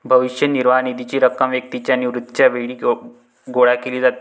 भविष्य निर्वाह निधीची रक्कम व्यक्तीच्या निवृत्तीच्या वेळी गोळा केली जाते